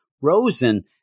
Rosen